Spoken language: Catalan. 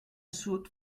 sud